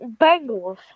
Bengals